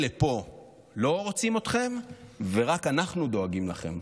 אלה פה לא רוצים אתכם ורק אנחנו דואגים לכם.